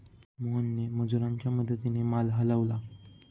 मोहनने मजुरांच्या मदतीने माल हलवला